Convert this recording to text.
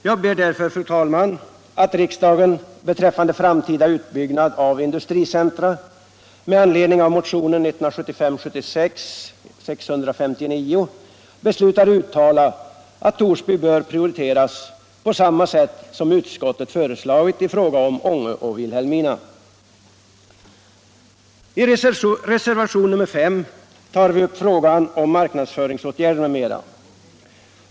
Jag hemställer därför, fru talman, att riksdagen beträffande framtida utbyggnad av industricentra med anledning av motionen 659 beslutar uttala att Torsby bör prioriteras på samma sätt som utskottet har föreslagit I reservationen 5 tar vi upp frågan om marknadsföringsåtgärder m.m.